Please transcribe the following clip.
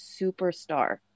superstar